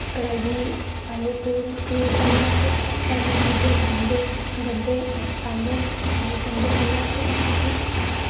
कढ़ाइयै पांदे तेल तेल पाइयै अस पैह्लें सु'टदे अस गंढे गंढे पांदे ते गंढे पाइयै अस हुन उसी